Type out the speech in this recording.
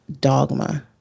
dogma